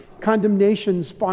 condemnations